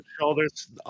shoulders